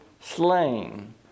slain